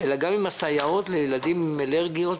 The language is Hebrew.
גם עם הסייעות לילדים עם אלרגיות.